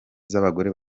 z’abagore